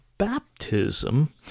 Baptism